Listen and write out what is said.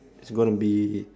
it's gonna be